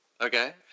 Okay